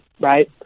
right